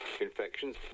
Infections